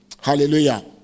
Hallelujah